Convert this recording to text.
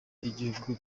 y’igihugu